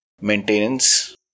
maintenance